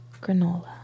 Granola